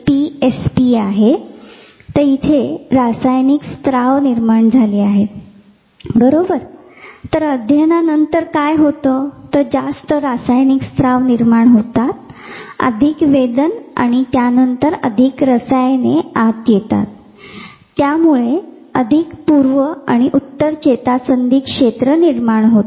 तर पहा इथे रासायनिक स्त्राव निर्माण झाले आहेत तर अध्ययना नंतर काय होते तर जास्त रासायनिक स्त्राव निर्माण होतात अधिक वेदन आणि त्यानंतर अधिक रसायने आत येतात आणि त्यामुळे अधिक पूर्व आणि उत्तर चेतासंधी क्षेत्र निर्माण होते